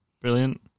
Brilliant